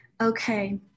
Okay